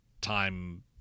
time